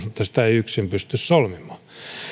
mutta sitä ei yksin pysty solmimaan